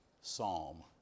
psalm